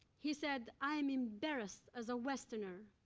he said, i am embarrassed, as a westerner,